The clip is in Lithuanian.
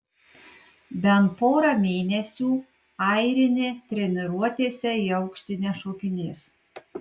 bent pora mėnesių airinė treniruotėse į aukštį nešokinės